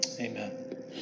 amen